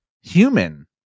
human